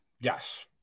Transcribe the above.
Yes